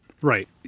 Right